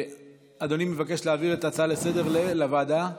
אדוני מבקש להעביר את ההצעה לסדר-היום לוועדה,